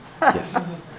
Yes